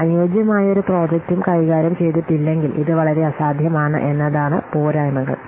അനുയോജ്യമായ ഒരു പ്രോജക്ടും കൈകാര്യം ചെയ്തിട്ടില്ലെങ്കിൽ ഇത് വളരെ അസാധ്യമാണ് എന്നതാണ് പോരായ്മകൾ